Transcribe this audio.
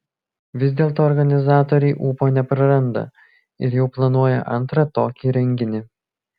vis dėlto organizatoriai ūpo nepraranda ir jau planuoja antrą tokį renginį